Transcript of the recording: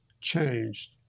changed